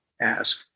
ask